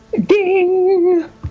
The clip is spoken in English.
ding